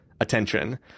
Attention